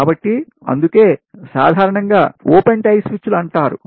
కాబట్టి అందుకే సాధారణంగా ఓపెన్ టై స్విచ్లు అంటారు